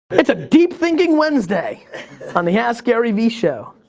it's a deep thinking wednesday on the askgaryvee show.